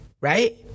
right